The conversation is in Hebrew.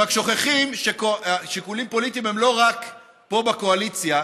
הם רק שוכחים ששיקולים פוליטיים הם לא רק פה בקואליציה,